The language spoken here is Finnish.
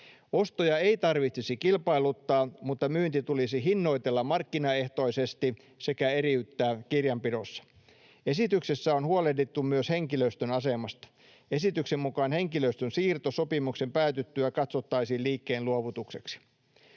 Ostoja ei tarvitsisi kilpailuttaa, mutta myynti tulisi hinnoitella markkinaehtoisesti sekä eriyttää kirjanpidossa. Esityksessä on huolehdittu myös henkilöstön asemasta. Esityksen mukaan henkilöstön siirto sopimuksen päätyttyä katsottaisiin liikkeenluovutukseksi.